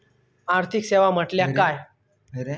आर्थिक सेवा म्हटल्या काय?